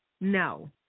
No